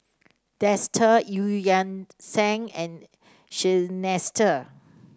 Dester Eu Yan Sang and Seinheiser